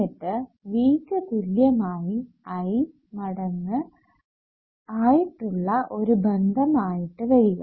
എന്നിട്ട് V യ്ക്ക് തുല്യമായി I മടങ്ങ് ആയിട്ടുള്ള ഒരു ബന്ധം ആയിട്ട് വരിക